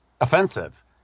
offensive